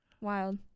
wild